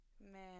Man